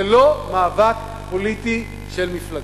זה לא מאבק פוליטי של מפלגה,